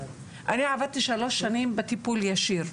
אני עבדתי שלוש שנים בטיפול ישיר.